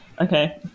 okay